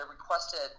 requested